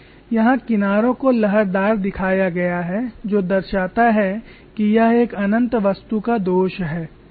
यहां किनारों को लहरदार दिखाया गया है जो दर्शाता है कि यह एक अनंत वस्तु का दोष है